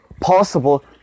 possible